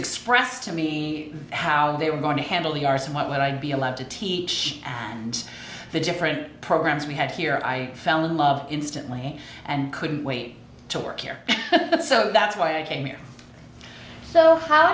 expressed to me how they were going to handle the arson why would i be allowed to teach and the different programs we had here i fell in love instantly and couldn't wait to work here so that's why i came here so how